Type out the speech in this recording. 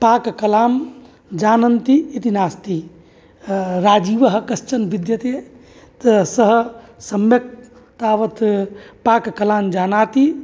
पाककलां जानन्ति इति नास्ति राजीवः कश्चन विद्यते सः सम्यक् तावत् पाककलाञ्जानाति